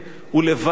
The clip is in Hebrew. ולוואי,